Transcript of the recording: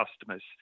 customers